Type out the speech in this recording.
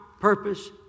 purpose